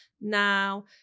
Now